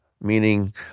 Meaning